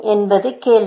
என்பது கேள்வி